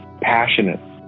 passionate